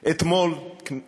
קולות